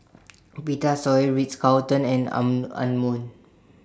Vitasoy Ritz Carlton and An Anmum